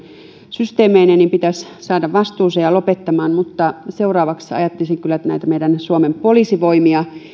systeemeineen pitäisi saada vastuuseen ja lopettamaan mutta seuraavaksi ajattelisin kyllä meidän suomen poliisivoimia